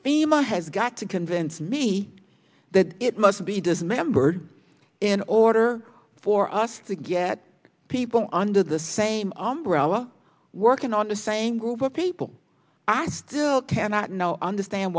thema has got to convince me that it must be dismembered in order for us to get people under the same umbrella working on the same group of people i still cannot know understand